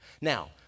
Now